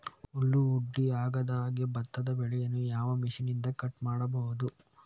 ಹುಲ್ಲು ಹುಡಿ ಆಗದಹಾಗೆ ಭತ್ತದ ಬೆಳೆಯನ್ನು ಯಾವ ಮಿಷನ್ನಿಂದ ಕಟ್ ಮಾಡಬಹುದು?